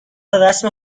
رسم